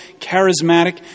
charismatic